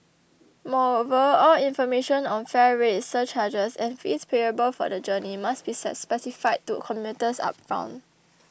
moreover all information on fare rates surcharges and fees payable for the journey must be specified to commuters upfront